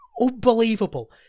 unbelievable